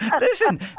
Listen